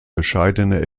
bescheidene